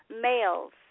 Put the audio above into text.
males